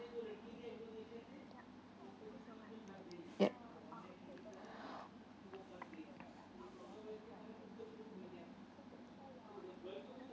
yup